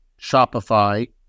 Shopify